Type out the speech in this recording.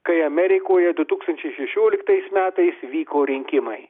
kai amerikoje du tūkstančiai šešioliktais metais vyko rinkimai